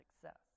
success